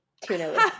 tuna